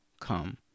come